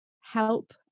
help